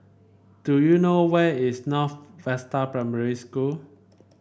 do you know where is North Vista Primary School